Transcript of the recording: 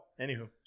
anywho